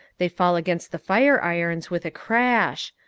they fall against the fire irons with a crash.